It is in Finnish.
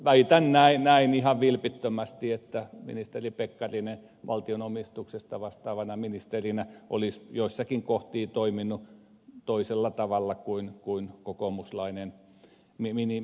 väitän näin ihan vilpittömästi että ministeri pekkarinen valtionomistuksesta vastaavana ministerinä olisi joissakin kohti toiminut toisella tavalla kuin kokoomuslainen ministeri